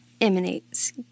emanates